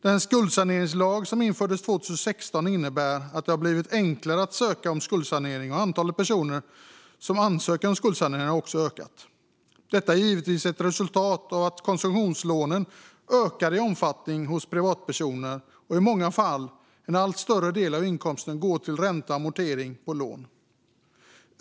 Den skuldsaneringslag som infördes 2016 innebär att det har blivit enklare att ansöka om skuldsanering, och antalet personer som ansöker om skuldsanering har också ökat. Detta är givetvis ett resultat av att konsumtionslånen ökar i omfattning hos privatpersoner. I många fall går en allt större del av inkomster till ränta och amortering på lån.